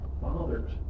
fathers